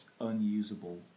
unusable